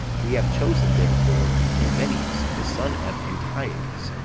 we have chosen, therefore, numenius the son of antiochus,